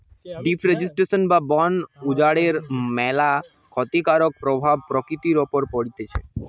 deforestation বা বন উজাড়ের ম্যালা ক্ষতিকারক প্রভাব প্রকৃতির উপর পড়তিছে